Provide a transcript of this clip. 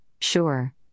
sure